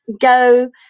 go